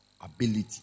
ability